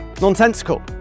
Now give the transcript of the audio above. nonsensical